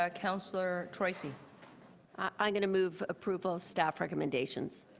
ah councillor troisi i'm going to move approval of staff recommendations.